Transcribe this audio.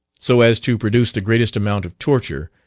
so as to produce the greatest amount of torture,